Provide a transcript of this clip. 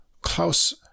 Klaus